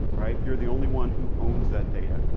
right? you're the only one who owns that data.